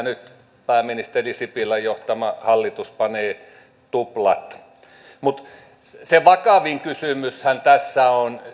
nyt pääministeri sipilän johtama hallitus panee tuplat mutta se vakavin kysymyshän tässä on